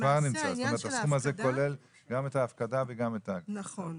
זאת אומרת הסכום הזה כולל גם את ההפקדה וגם --- נכון.